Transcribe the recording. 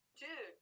dude